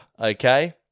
Okay